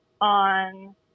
on